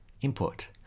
input